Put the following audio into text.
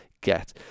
get